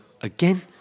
again